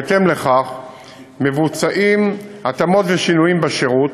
ובהתאם לכך מבוצעים התאמות ושינויים בשירות,